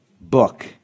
book